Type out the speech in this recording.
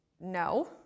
no